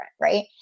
right